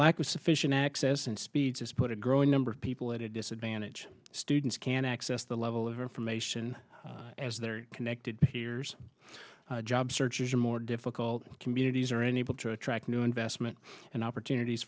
lack of sufficient access and speeds it's put a growing number of people at a disadvantage students can access the level of information as they're connected peers job searches are more difficult communities are enabled to attract new investment and opportunities